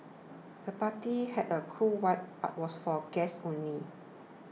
the party had a cool vibe but was for guests only